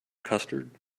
custard